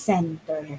Center